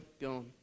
gone